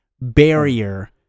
barrier